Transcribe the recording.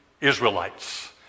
Israelites